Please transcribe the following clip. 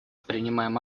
принимаем